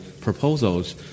proposals